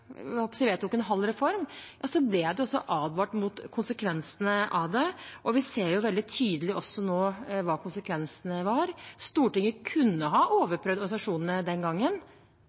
gangen man vedtok – jeg holdt på å si – en halv reform, ble det også advart mot konsekvensene av det, og vi ser nå veldig tydelig konsekvensene. Stortinget kunne ha overprøvd organisasjonene den